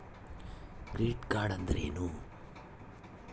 Credit card ಅಂದ್ರೇನು?